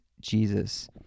Jesus